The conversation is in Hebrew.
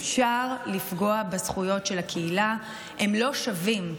אפשר לפגוע בזכויות של הקהילה, הם לא שווים.